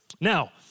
Now